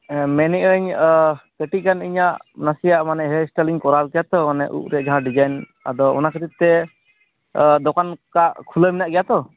ᱢᱮᱱᱮᱜ ᱟᱹᱧ ᱟ ᱠᱟᱹᱴᱤᱡ ᱜᱟᱱ ᱤᱧᱟᱹᱜ ᱱᱟᱥᱮᱭᱟᱜ ᱢᱟᱱᱮ ᱦᱮᱭᱟᱨ ᱮᱥᱴᱟᱭᱤᱞ ᱤᱧ ᱠᱚᱨᱟᱣ ᱠᱮᱭᱟ ᱛᱚ ᱚᱱᱮ ᱩᱵ ᱨᱮ ᱡᱟᱦᱟᱸ ᱰᱤᱡᱟᱭᱤᱱ ᱟᱫᱚ ᱚᱱᱟ ᱠᱷᱟᱹᱛᱤᱨ ᱛᱮ ᱫᱚᱠᱟᱱ ᱠᱟ ᱠᱷᱩᱞᱟᱹᱣ ᱢᱮᱱᱟᱜ ᱜᱮᱭᱟ ᱛᱚ